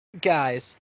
guys